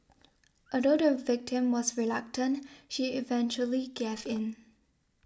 although the victim was reluctant she eventually gave in